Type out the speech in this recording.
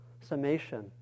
summation